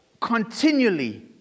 continually